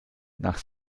nach